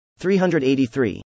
383